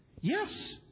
Yes